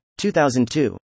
2002